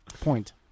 point